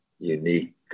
unique